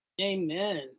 Amen